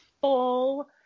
full